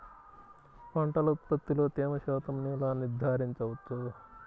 పంటల ఉత్పత్తిలో తేమ శాతంను ఎలా నిర్ధారించవచ్చు?